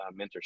mentorship